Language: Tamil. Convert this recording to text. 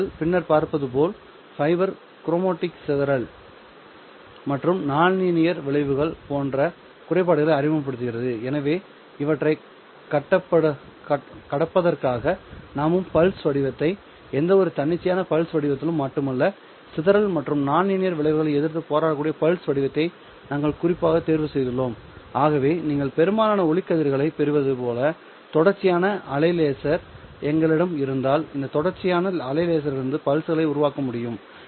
நீங்கள் பின்னர் பார்ப்பது போல் ஃபைபர் குரோமடிக் சிதறல் மற்றும் நான்லீனியர் விளைவுகள் போன்ற குறைபாடுகளை அறிமுகப்படுத்துகிறது எனவே இவற்றைக் கடப்பதற்காக நாமும் பல்ஸ் வடிவத்தை எந்தவொரு தன்னிச்சையான பல்ஸ் வடிவத்திலும் மட்டுமல்ல சிதறல் மற்றும் நான்லீனியர் விளைவுகளை எதிர்த்துப் போராடக்கூடிய பல்ஸ் வடிவத்தை நாங்கள் குறிப்பாக தேர்வு செய்துள்ளோம் ஆகவே நீங்கள் பெரும்பாலான ஒளிக்கதிர்களைப் பெறுவது போல தொடர்ச்சியான அலை லேசர் எங்களிடம் இருந்தால் இந்த தொடர்ச்சியான அலை லேசரிலிருந்து பல்ஸ்களை உருவாக்க முடியும்